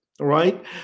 right